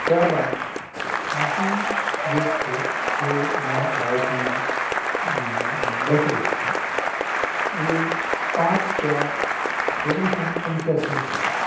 ત્યાર બાદ પાંચમી ડેટ છે જે મારા વાઈફનો બર્થ ડેટ છે એ પાંચ ચાર ઓગણીસ સો અને પંચ્યાશી છે